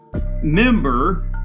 member